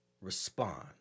respond